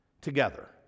together